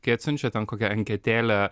kai atsiunčia ten kokią anketėlę